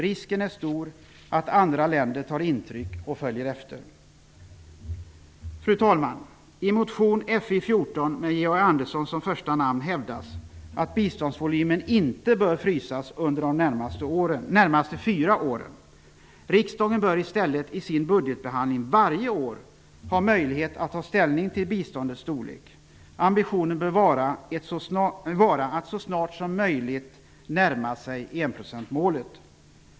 Risken är stor att andra länder tar intryck och följer efter. Fru talman! I motion Fi14 med Georg Andersson som första namn hävdas, att biståndsvolymen inte bör frysas under de närmaste fyra åren. Riksdagen bör i stället i sin budgetbehandling varje år ha möjlighet att ta ställning till biståndets storlek. Ambitionen bör vara att så snart som möjligt närma sig enprocentsmålet.